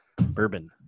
bourbon